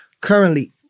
currently